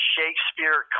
Shakespeare